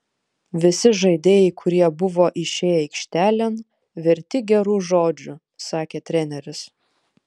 visi žaidėjai kurie buvo išėję aikštelėn verti gerų žodžių sakė treneris